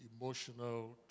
emotional